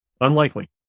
Unlikely